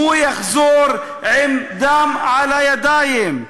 הוא יחזור עם דם על הידיים.